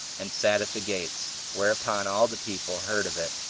and sat at the gates whereupon all the people heard of it,